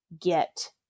get